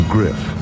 Griff